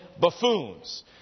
buffoons